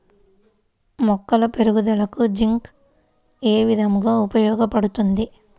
మొక్కల పెరుగుదలకు జింక్ ఏ విధముగా ఉపయోగపడుతుంది?